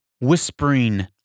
whispering